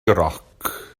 roc